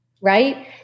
right